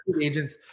agents